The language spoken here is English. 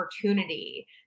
opportunity